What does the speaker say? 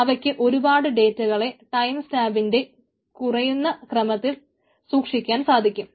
അവയ്ക്ക് ഒരുപാട് ഡേറ്റകളെ ടൈം സ്റ്റാമ്പിന്റെ കുറയുന്ന ക്രമത്തിൽ സൂക്ഷിക്കാൻ സാധിക്കും